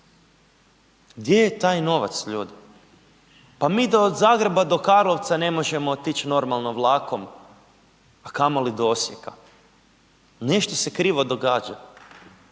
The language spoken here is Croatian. Gdje je taj novac ljudi? Pa mi do, od Zagreba do Karlovca ne možemo otić normalno vlakom, a kamoli do Osijeka, nešto se krivo događa